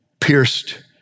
pierced